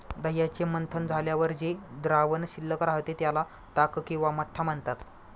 दह्याचे मंथन झाल्यावर जे द्रावण शिल्लक राहते, त्याला ताक किंवा मठ्ठा म्हणतात